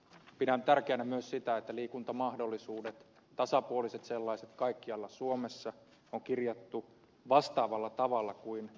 pidän tärkeänä myös sitä että liikuntamahdollisuudet tasapuoliset sellaiset kaikkialla suomessa on kirjattu vastaavalla tavalla kuin yliopistolakiin